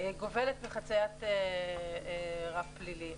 -- גובלת בחציית רף פלילי.